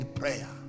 prayer